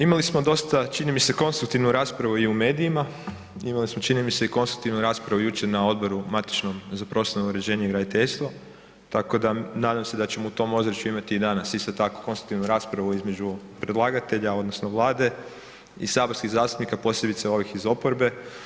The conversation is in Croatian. Imali smo dosta, čini mi se, konstruktivnu raspravu i u medijima, imali smo, čini mi se, i konstruktivnu raspravu jučer na odboru matičnom, za prostorno uređenje i graditeljstvo, tako da nadam se da ćemo u tom ozračju imati i danas isto tako konstruktivnu raspravu između predlagatelja odnosno Vlade i saborskih zastupnika, posebice ovih iz oporbe.